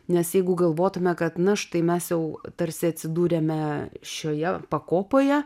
nes jeigu galvotume kad na štai mes jau tarsi atsidūrėme šioje pakopoje